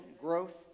growth